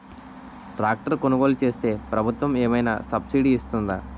Tractor కొనుగోలు చేస్తే ప్రభుత్వం ఏమైనా సబ్సిడీ ఇస్తుందా?